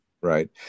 Right